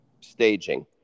staging